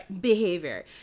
behavior